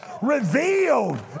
revealed